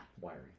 wiring